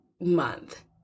month